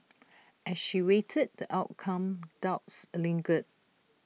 as she awaited the outcome doubts lingered